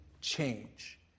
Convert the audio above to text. change